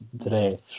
today